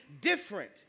different